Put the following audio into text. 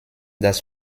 das